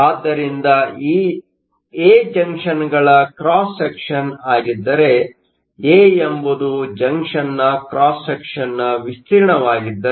ಆದ್ದರಿಂದ A ಜಂಕ್ಷನ್Junctionಗಳ cross section ಅಗಿದ್ದರೆ A ಎಂಬುದು ಜಂಕ್ಷನ್ನ ಕ್ರಾಸ್ ಸೆಕ್ಷನ್ನ ವಿಸ್ತೀರ್ಣವಾಗಿದ್ದರೆ